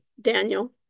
Daniel